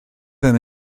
yno